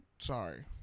Sorry